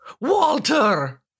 Walter